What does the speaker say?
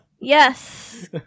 yes